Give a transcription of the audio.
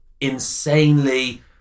insanely